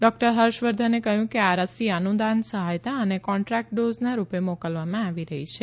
doctor હર્ષવર્ધને કહ્યું કે આ રસી અનુદાન સહાયતા અને કોન્દ્રાકટ ડોઝના રૂપે મોકલવામાં આવી રહી છે